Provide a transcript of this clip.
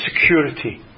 security